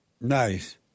Nice